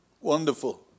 Wonderful